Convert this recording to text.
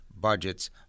budgets